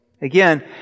Again